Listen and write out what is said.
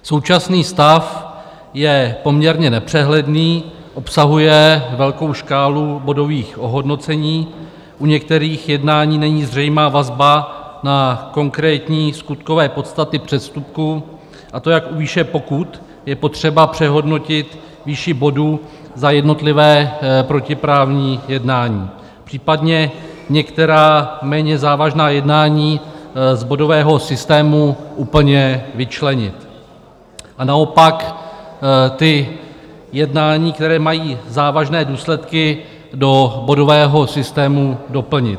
Současný stav je poměrně nepřehledný, obsahuje velkou škálu bodových ohodnocení, u některých jednání není zřejmá vazba na konkrétní skutkové podstaty přestupku, a to jak u výše pokut, je potřeba přehodnotit výši bodu za jednotlivé protiprávní jednání, případně některá méně závažná jednání z bodového systému úplně vyčlenit a naopak jednání, která mají závažné důsledky, do bodového systému doplnit.